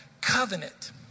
covenant